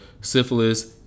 syphilis